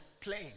plane